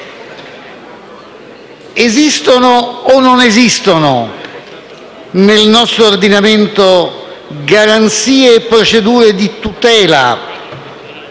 Esistono o non esistono nel nostro ordinamento garanzie e procedure di tutela